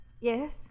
Yes